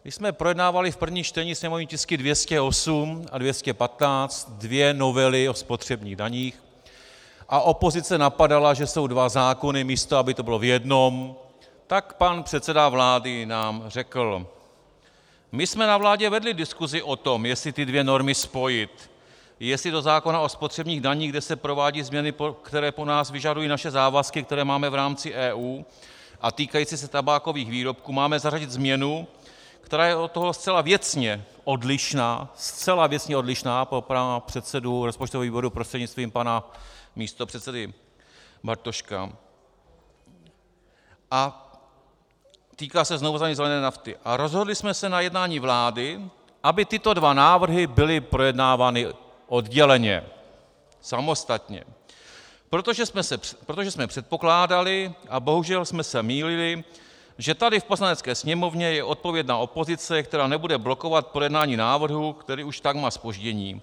Když jsme projednávali v prvním čtení sněmovní tisky 208 a 215, dvě novely o spotřebních daních, a opozice napadala, že jsou dva zákony místo toho, aby to bylo v jednom, tak pan předseda vlády nám řekl: My jsme na vládě vedli diskusi o tom, jestli ty dvě normy spojit, jestli do zákona o spotřebních daních, kde se provádí změny, které po nás vyžadují naše závazky, které máme v rámci EU a týkající se tabákových výrobků, máme zařadit změnu, která je od toho zcela věcně odlišná, zcela věcně odlišná, pro pana předsedu rozpočtového výboru prostřednictvím pana místopředsedy Bartoška, a týká se znovuzavedení zelené nafty, a rozhodli jsme se na jednání vlády, aby tyto dva návrhy byly projednávány odděleně, samostatně, protože jsme předpokládali, a bohužel jsme se mýlili, že tady v Poslanecké sněmovně je odpovědná opozice, která nebude blokovat projednání návrhu, který už tak má zpoždění.